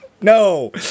no